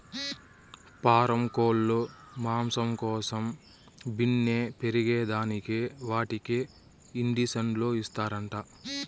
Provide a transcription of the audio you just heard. పారం కోల్లు మాంసం కోసం బిన్నే పెరగేదానికి వాటికి ఇండీసన్లు ఇస్తారంట